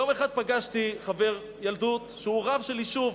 יום אחד פגשתי חבר ילדות שהוא רב של יישוב.